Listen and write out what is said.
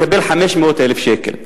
מקבל 500 שקל,